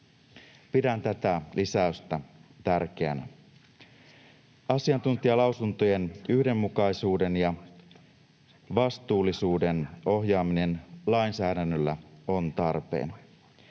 Pidän tätä lisäystä tärkeänä. Asiantuntijalausuntojen yhdenmukaisuuteen ja vastuullisuuteen ohjaaminen lainsäädännöllä on tarpeen.